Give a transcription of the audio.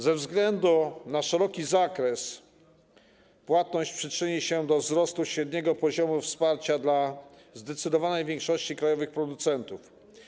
Ze względu na szeroki zakres płatność przyczyni się do wzrostu średniego poziomu wsparcia dla zdecydowanej większości krajowych producentów.